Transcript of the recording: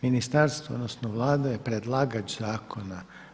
Ministarstvo, odnosno Vlada je predlagač zakona.